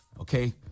Okay